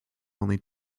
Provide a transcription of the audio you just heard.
only